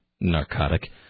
narcotic